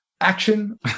action